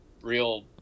real